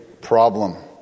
problem